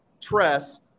Tress